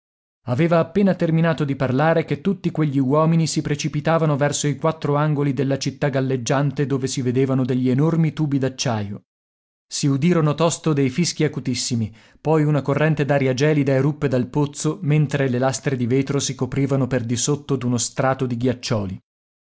aveva appena terminato di parlare che tutti quegli uomini si precipitavano verso i quattro angoli della città galleggiante dove si vedevano degli enormi tubi d'acciaio si udirono tosto dei fischi acutissimi poi una corrente d'aria gelida eruppe dal pozzo mentre le lastre di vetro si coprivano per di sotto d'uno strato di ghiaccioli